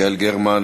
יעל גרמן,